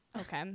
Okay